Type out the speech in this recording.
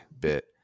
bit